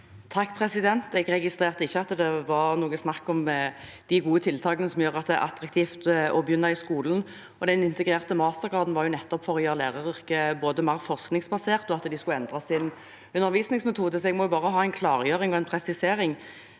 (H) Jeg registrerte ikke at det var noe snakk om de gode tiltakene som gjør at det er attraktivt å begynne i skolen. Den integrerte mastergraden skulle nettopp gjøre læreryrket mer forskningsbasert og bidra til at de skulle endre sin undervisningsmetode, så jeg må ha en klargjøring og en presisering: